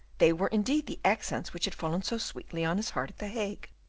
they were indeed the accents which had fallen so sweetly on his heart at the hague.